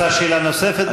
את רוצה שאלה נוספת, גברתי?